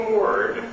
word